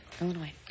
Illinois